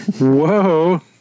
Whoa